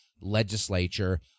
legislature